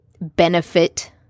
benefit